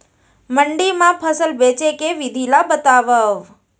मंडी मा फसल बेचे के विधि ला बतावव?